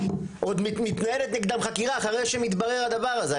עוד מתנהלת נגדם חקירה אחרי שמתברר הדבר הזה.